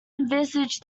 envisage